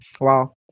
Wow